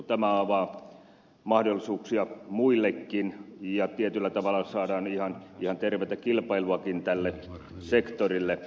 tämä avaa mahdollisuuksia muillekin ja tietyllä tavalla saadaan ihan tervettä kilpailuakin tälle sektorille